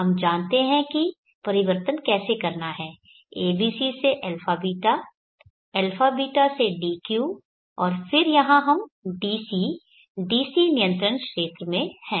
हम जानते हैं कि परिवर्तन कैसे करना है ABC से αβ αβ से DQ और फिर यहाँ हम DC DC नियंत्रण क्षेत्र में हैं